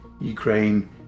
Ukraine